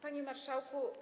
Panie Marszałku!